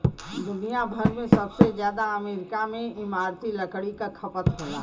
दुनिया भर में सबसे जादा अमेरिका में इमारती लकड़ी क खपत होला